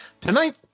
Tonight